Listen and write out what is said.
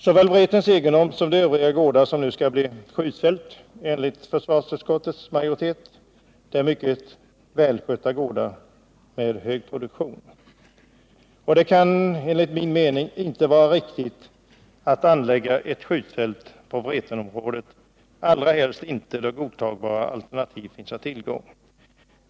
Såväl Vretens egendom som de övriga gårdar som nu skall bli skjutfält enligt försvarsutskottets majoritet är mycket välskötta och har hög produktion. Det kan enligt min mening inte vara riktigt att anlägga ett skjutfält på Vretenområdet, allra helst inte då godtagbara alternativ finns att tillgå.